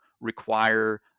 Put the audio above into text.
require